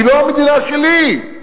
היא לא המדינה שלי,